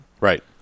Right